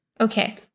Okay